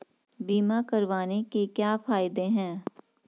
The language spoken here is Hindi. बीमा करवाने के क्या फायदे हैं?